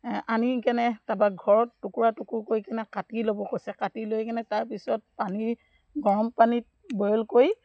আনি কেনে তাৰ পৰা ঘৰত টুকুৰা টকুৰ কৰি কিনে কাটি ল'ব কৈছে কাটি লৈ কিনে তাৰপিছত পানী গৰম পানীত বইল কৰি